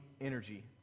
energy